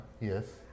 Yes